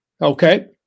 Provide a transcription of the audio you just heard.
Okay